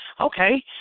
okay